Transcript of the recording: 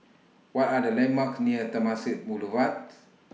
What Are The landmarks near Temasek Boulevard's